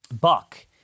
Buck